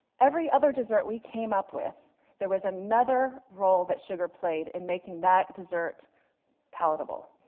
every other dessert we came up with there was another role that sugar played in making that dessert palatable.